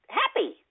happy